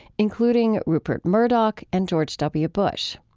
including rupert murdoch and george w. bush.